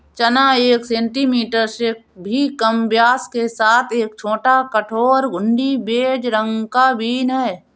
चना एक सेंटीमीटर से भी कम व्यास के साथ एक छोटा, कठोर, घुंडी, बेज रंग का बीन है